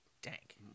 dank